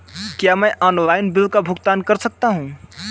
क्या मैं online bill का भुगतान कर सकता हूँ?